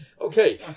Okay